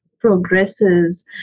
progresses